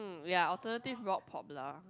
ya alternative rock pop lah